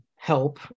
help